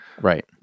Right